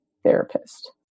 therapist